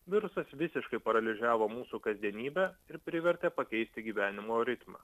virusas visiškai paralyžiavo mūsų kasdienybę ir privertė pakeisti gyvenimo ritmą